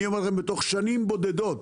תוך שנים בודדות